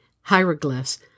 hieroglyphs